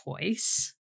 choice